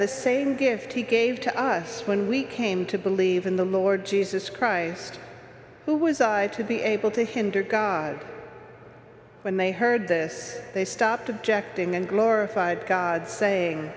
the same gift he gave to us when we came to believe in the lord jesus christ who was to be able to hinder god when they heard this they stopped objecting and glorified god saying